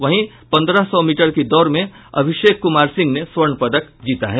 वहीं पंद्रह सौ मीटर की दौड़ में अभिषेक कुमार सिंह ने स्वर्ण पदक जीता है